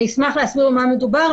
אני אשמח להסביר על מה מדובר.